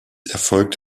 erfolgt